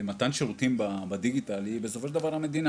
למתן שירותים בדיגיטל היא המדינה.